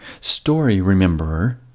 story-rememberer